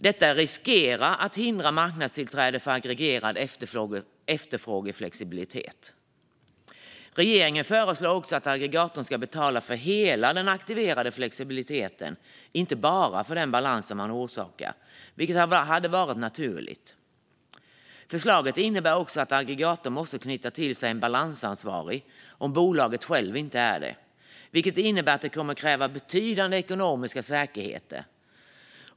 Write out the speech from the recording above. Det här riskerar att hindra marknadstillträde för aggregerad efterfrågeflexibilitet. Regeringen föreslår att aggregatorn ska betala för hela den aktiverade flexibiliteten, inte bara för den obalans man orsakar, vilket hade varit naturligt. Förslaget innebär också att aggregatorn måste knyta till sig en balansansvarig om bolaget inte självt är det. Det innebär att det kommer att kräva betydande ekonomiska säkerheter.